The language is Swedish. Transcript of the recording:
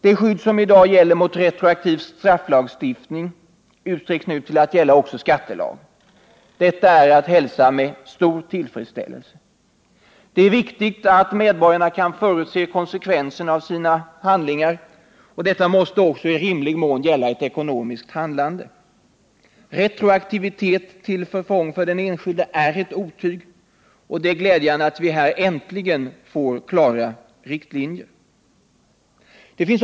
Det skydd som i dag gäller mot retroaktiv strafflagstiftning utsträcks nu till att gälla också skattelagstiftningen. Detta är att hälsa med stor tillfredsställelse. Det är viktigt att medborgarna kan förutse konsekvenserna av sina handlingar, och detta måste också i rimlig mån gälla ekonomiskt handlande. Retroaktivitet till förfång för den enskilde är ett otyg, och det är glädjande att vi här äntligen får klara riktlinjer.